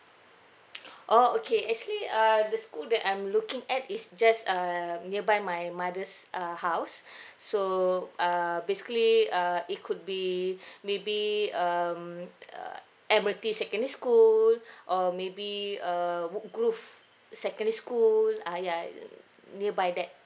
oh okay actually uh the school that I'm looking at is just um nearby my mother's err house so uh basically uh it could be maybe um uh admiralty secondary school or maybe err woodgrove secondary school ah ya err nearby that